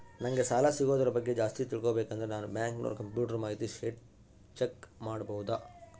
ನಂಗೆ ಸಾಲ ಸಿಗೋದರ ಬಗ್ಗೆ ಜಾಸ್ತಿ ತಿಳಕೋಬೇಕಂದ್ರ ನಾನು ಬ್ಯಾಂಕಿನೋರ ಕಂಪ್ಯೂಟರ್ ಮಾಹಿತಿ ಶೇಟ್ ಚೆಕ್ ಮಾಡಬಹುದಾ?